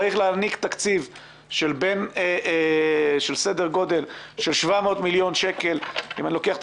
צריך להעניק תקציב של סדר גודל 700 מיליון שקל אם אני לוקח את